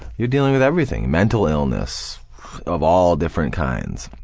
you're dealing with everything. mental illness of all different kinds.